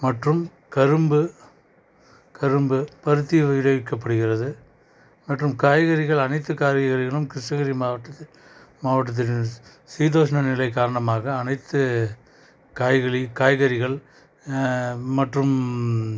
மற்றும் கரும்பு கரும்பு பருத்தி விலை விற்க படுகிறது மற்றும் காய்கறிகள் அனைத்துக் காய்கறிகளும் கிருஷ்ணகிரி மாவட்டத்தில் மாவட்டத்தில் சீதோஷன நிலை காரணமாக அனைத்து காய்களி காய்கறிகள் மற்றும்